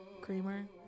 creamer